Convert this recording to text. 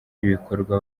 y’ibikorwa